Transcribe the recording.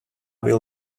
will